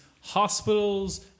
hospitals